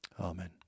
Amen